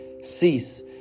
cease